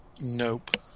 Nope